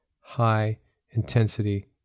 high-intensity